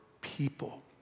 people